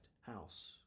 house